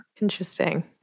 Interesting